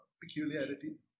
peculiarities